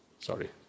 Sorry